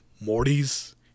morty's